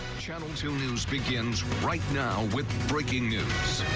channel two news begins right now with breaking news.